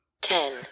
Ten